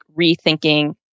rethinking